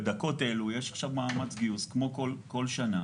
בדקות אלה יש עכשיו מאמץ גיוס כמו כל שנה,